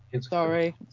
Sorry